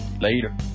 Later